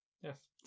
Yes